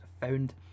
found